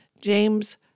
James